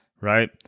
Right